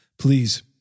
Please